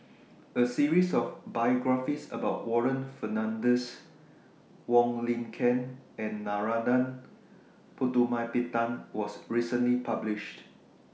A series of biographies about Warren Fernandez Wong Lin Ken and Narana Putumaippittan was recently published